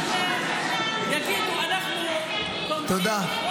--- שיגידו: אנחנו תומכים בחוק,